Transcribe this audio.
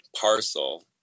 parcel